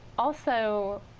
also,